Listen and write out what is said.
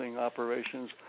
operations